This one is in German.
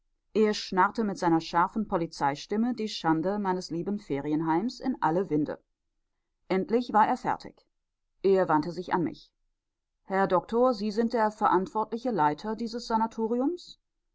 er schnarrte mit seiner scharfen polizeistimme die schande meines lieben ferienheims in alle winde endlich war er fertig er wandte sich an mich herr doktor sie sind der verantwortliche leiter dieses sanatoriums